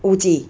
五几